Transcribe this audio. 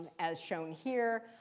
as shown here.